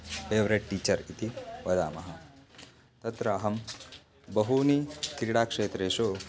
favourite teacher इति वदामः तत्र अहं बहूनि क्रीडाक्षेत्रेषु